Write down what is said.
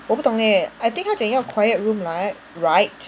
我不懂 leh I think 他讲要 quiet room light right